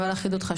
אבל החידוד חשוב.